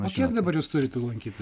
o kiek dabar jūs turit tų lankytojų